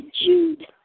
Jude